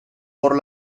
por